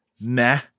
nah